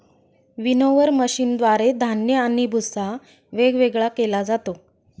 winnower मशीनद्वारे धान्य आणि भुस्सा वेगवेगळा केला जातो